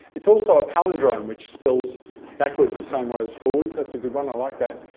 it's also a palindrome which spells backwards the same way as forwards. that's a good one. i like that.